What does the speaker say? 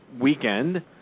weekend